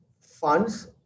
funds